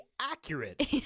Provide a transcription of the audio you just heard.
accurate